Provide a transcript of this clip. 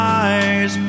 eyes